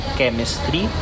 chemistry